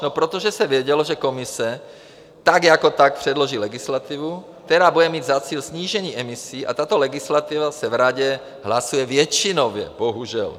No protože se vědělo, že Komise tak jako tak předloží legislativu, která bude mít za cíl snížení emisí, a tato legislativa se v Radě hlasuje většinově, bohužel.